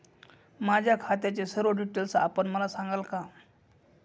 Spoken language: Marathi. माझ्या खात्याचे सर्व डिटेल्स आपण मला सांगाल का?